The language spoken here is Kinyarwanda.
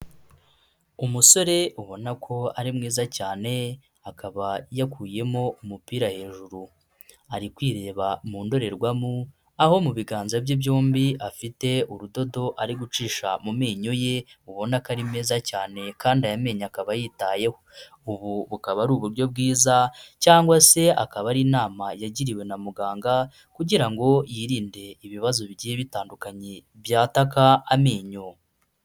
Umusore ubona ko ari mwiza cyane, akaba yakuyemo umupira hejuru. Ari kwireba mu ndorerwamo, aho mu biganza bye byombi afite urudodo ari gucisha mu menyo ye, ubona ko ari meza cyane kandi aya menyo akaba yitayeho. Ubu bukaba ari uburyo bwiza cyangwa se akaba ari inama yagiriwe na muganga kugira ngo yirinde ibibazo bigiye bitandukanye byataka amenyo.